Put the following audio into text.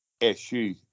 issue